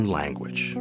language